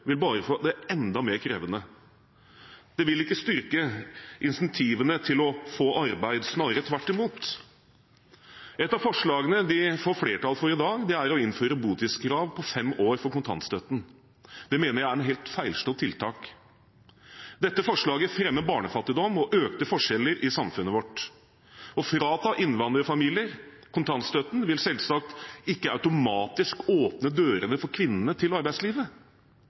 vil få det enda mer krevende. Det vil ikke styrke incentivene til å få arbeid, snarere tvert imot. Et av forslagene de får flertall for i dag, er å innføre et botidskrav på fem år for kontantstøtten. Det mener jeg er et helt feilslått tiltak. Dette forslaget fremmer barnefattigdom og økte forskjeller i samfunnet vårt. Å frata innvandrerfamilier kontantstøtten vil selvsagt ikke automatisk åpne dørene for kvinnene til arbeidslivet.